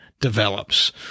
develops